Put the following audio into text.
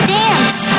dance